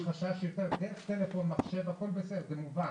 אם יש חשש, יש טלפון, מחשב, הכול בסדר, זה מובן.